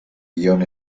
guion